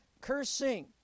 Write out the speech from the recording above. cursing